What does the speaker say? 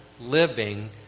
living